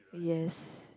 yes